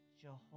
Jehovah